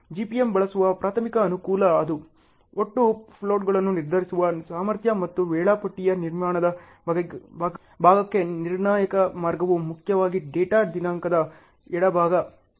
GPMGPM ಬಳಸುವ ಪ್ರಾಥಮಿಕ ಅನುಕೂಲ ಅದು ಒಟ್ಟು ಫ್ಲೋಟ್ಗಳನ್ನು ನಿರ್ಧರಿಸುವ ಸಾಮರ್ಥ್ಯ ಮತ್ತು ವೇಳಾಪಟ್ಟಿಯ ನಿರ್ಮಾಣದ ಭಾಗಕ್ಕೆ ನಿರ್ಣಾಯಕ ಮಾರ್ಗವು ಮುಖ್ಯವಾಗಿ ಡೇಟಾ ದಿನಾಂಕದ ಎಡಭಾಗ ದಲ್ಲಿದೆ